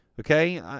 Okay